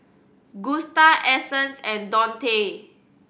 Gusta Essence and Dontae